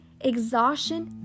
exhaustion